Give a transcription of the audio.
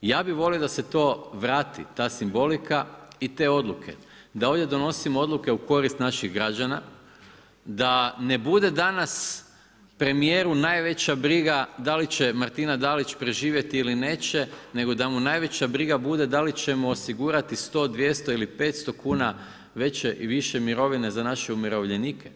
Ja bi volio da se to vrati, ta simbolika i te odluke, da ovdje donosimo odluke u korist naših građana, da ne bude danas premijeru najveća briga da li će Martina Dalić preživjeti ili neće nego da mu najveća briga bude da li ćemo osigurati 100, 200 ili 500 kuna veće i više mirovine za naše umirovljenike.